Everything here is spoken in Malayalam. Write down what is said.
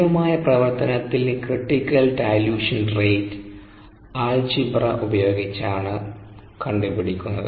സ്ഥിരമായ പ്രവർത്തനത്തിൽ ക്രിട്ടികൽഡൈലൂഷൻ റേറ്റ് ആൾജിബ്റ ഉപയോഗിച്ച് ആണ് കണ്ടു പിടിക്കുന്നത്